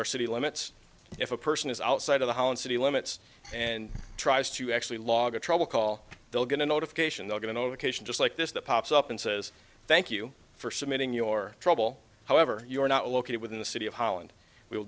our city limits if a person is outside of the holland city limits and tries to actually log a trouble call they'll get a notification they'll get in over cation just like this that pops up and says thank you for submitting your trouble however you are not located within the city of holland we